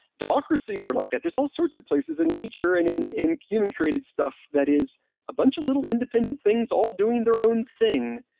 democracies are like that there's all sorts of places in nature and in in human created stuff that is a bunch of independent things all doing their own thing.